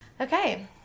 Okay